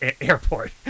airport